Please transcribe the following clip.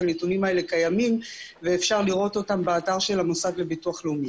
הנתונים האלה קיימים ואפשר לראות אותם באתר של המוסד לביטוח לאומי.